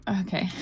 okay